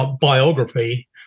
biography